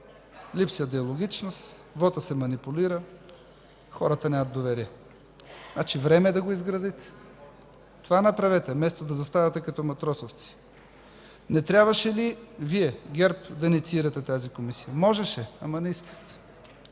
липсва диалогичност, вотът се манипулира, хората нямат доверие – значи е време да го изградите. Това направете, вместо да заставате като матросовци! Не трябваше ли Вие – ГЕРБ, да инициирате тази комисия? Можеше, ама не искате!